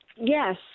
Yes